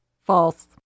False